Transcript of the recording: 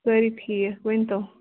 سٲری ٹھیٖک ؤنۍ تو